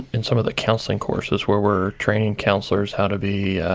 in some of the counseling courses where we're training counselors how to be,